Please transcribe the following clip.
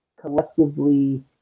collectively